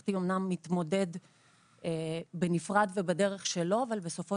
המשפחתי אמנם מתמודד בנפרד ובדרך שלו אבל בסופו